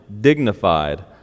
dignified